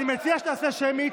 אני מציע שתעשה שמית,